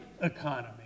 economy